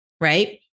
right